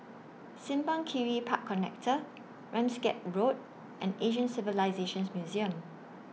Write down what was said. Simpang Kiri Park Connector Ramsgate Road and Asian Civilisations Museum